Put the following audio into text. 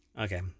Okay